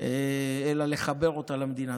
אלא לחבר אותה למדינה.